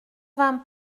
vingt